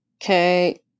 Okay